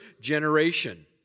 generation